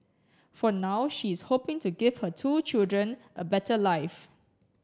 for now she is hoping to give her two children a better life